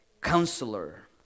Counselor